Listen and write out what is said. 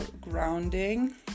grounding